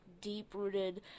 deep-rooted